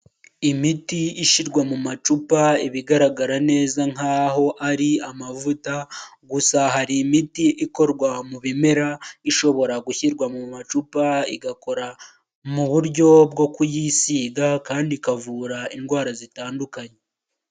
Imiti ishyirwa mu macupa iba igaragara neza nk'aho ari amavuta, gusa hari imiti ikorwa mu bimera ishobora gushyirwa mu macupa, igakora mu buryo bwo kuyisiga kandi ikavura indwara zitandukanye.